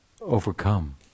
overcome